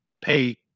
pay